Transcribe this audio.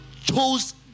Chose